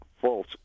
false